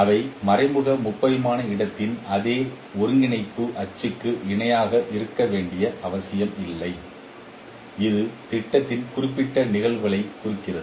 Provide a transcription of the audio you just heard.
அவை மறைமுக முப்பரிமாண இடத்தின் அதே ஒருங்கிணைப்பு அச்சுக்கு இணையாக இருக்க வேண்டிய அவசியமில்லை இது திட்டத்தின் குறிப்பிட்ட நிகழ்வுகளை குறிக்கிறது